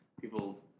people